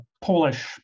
Polish